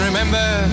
Remember